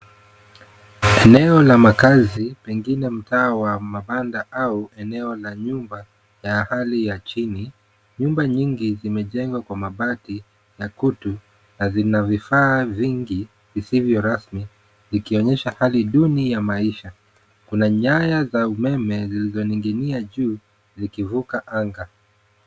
Eneo la makazi pengine mtaa wa mabanda au eneo la nyumba ya hali ya chini. Nyumba nyingi zimejengwa kwa mabati ya kutu na zina vifaa vingi zisivyo rasmi ikionyesha hali duni ya maisha. Kuna nyaya za umeme zilizoning'inia juu zikivuka anga.